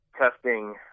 testing